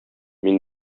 мин